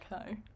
Okay